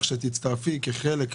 רוצה להודות